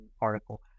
article